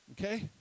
Okay